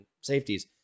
safeties